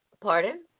Pardon